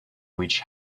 which